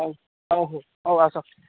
ହଉ ହଉ ହଉ ଆସ